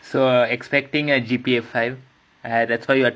so expecting a G_P_A five ah that's what you are trying to say